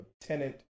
tenant